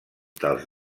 dels